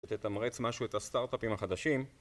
תתמרץ משהו את הסטארט-אפים החדשים